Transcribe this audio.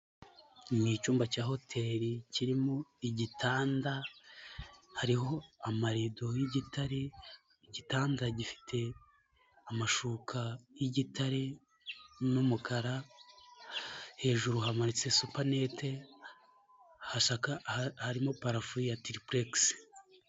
Ni icyumba cya Hoteli, kirimo igitanda hariho amarido y'igitare. Igitanda gifite amashuka y'igitare n'umukara. Hejuru hamanitse supanete hasaka, harimo purafo ya tiripuregisi.